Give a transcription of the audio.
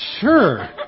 sure